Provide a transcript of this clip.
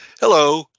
Hello